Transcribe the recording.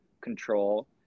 control